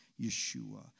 Yeshua